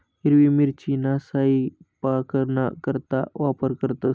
हिरवी मिरचीना सयपाकना करता वापर करतंस